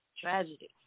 Tragedy